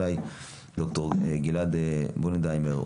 ד"ר גלעד בודנהיימר,